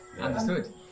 understood